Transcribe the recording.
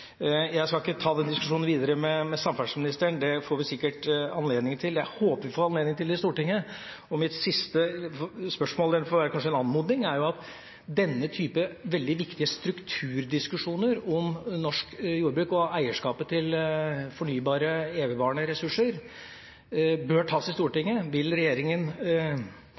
Jeg skal ikke ta den diskusjonen videre med samferdselsministeren, vi får sikkert – jeg håper vi får – anledning til det i Stortinget. Mitt siste spørsmål, eller det får kanskje være en anmodning, er at denne type veldig viktige strukturdiskusjoner om norsk jordbruk og eierskapet til fornybare, evigvarende ressurser bør tas i Stortinget. Vil